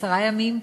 עשרה ימים,